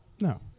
No